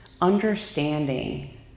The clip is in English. understanding